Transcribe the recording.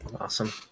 awesome